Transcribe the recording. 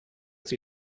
die